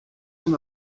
son